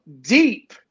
deep